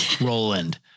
Roland